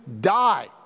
die